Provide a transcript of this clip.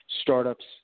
startups